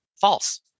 false